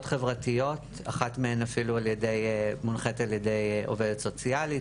חברתיות שאחת מהן אפילו מונחית על ידי עובדת סוציאלית